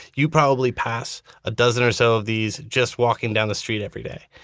you probably pass a dozen or so of these just walking down the street every day.